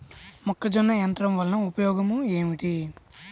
మొక్కజొన్న యంత్రం వలన ఉపయోగము ఏంటి?